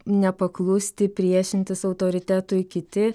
nepaklusti priešintis autoritetui kiti